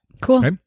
Cool